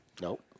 Nope